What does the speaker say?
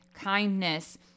kindness